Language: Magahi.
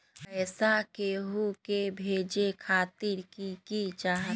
पैसा के हु के भेजे खातीर की की चाहत?